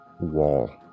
wall